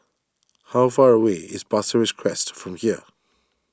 how far away is Pasir Ris Crest from here